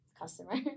customer